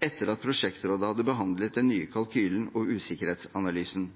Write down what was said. etter at prosjektrådet hadde behandlet den nye kalkylen og usikkerhetsanalysen.